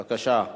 בבקשה,